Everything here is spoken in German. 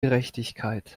gerechtigkeit